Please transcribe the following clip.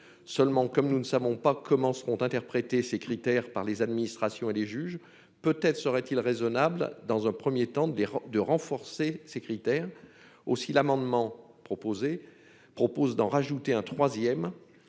Cependant, comme nous ne savons pas comment seront interprétés ces critères par les administrations et les juges, peut-être serait-il raisonnable dans un premier temps de les renforcer. Aussi proposons-nous d'ajouter une troisième